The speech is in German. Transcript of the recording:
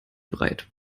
breit